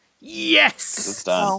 Yes